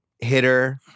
hitter